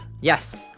Yes